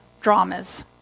dramas